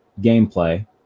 gameplay